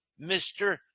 mr